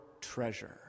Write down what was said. treasure